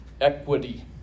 equity